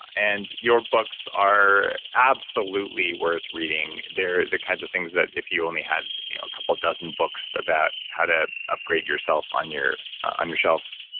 and your books are absolutely worth reading. they're the kinds of things that if you only had a couple of dozen books about how to upgrade yourself on your on your shelf,